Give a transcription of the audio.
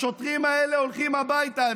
השוטרים האלה הולכים הביתה.